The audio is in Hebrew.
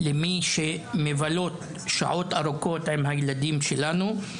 למי שמבלות שעות ארוכות עם הילדים שלנו,